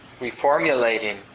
reformulating